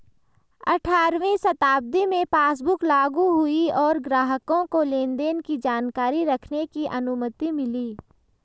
अठारहवीं शताब्दी में पासबुक लागु हुई और ग्राहकों को लेनदेन की जानकारी रखने की अनुमति मिली